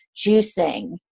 juicing